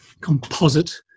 composite